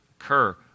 occur